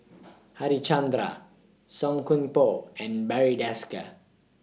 Harichandra Song Koon Poh and Barry Desker